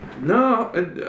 No